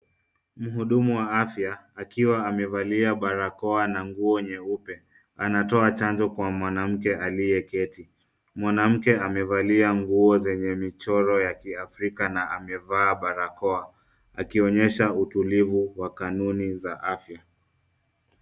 Mhudumu wa afya akiwa amevalia barakoa na nguo nyeupe. Anatoa chanjo kwa mwanamke aliyeketi. Mwanamke amevalia nguo zenye michoro ya kiafrika na amevaa barakoa akionyesha utulivu wa kanuni za afya.